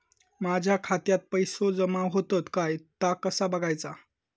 माझ्या खात्यात पैसो जमा होतत काय ता कसा बगायचा?